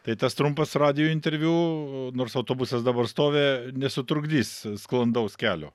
tai tas trumpas radijo interviu nors autobusas dabar stovi nesutrukdys sklandaus kelio